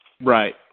Right